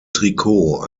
trikot